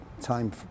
time